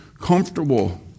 comfortable